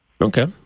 Okay